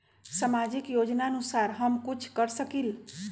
सामाजिक योजनानुसार हम कुछ कर सकील?